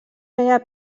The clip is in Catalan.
feia